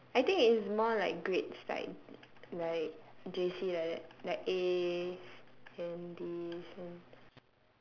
I think it's more like grades like like J_C like that like As then Bs and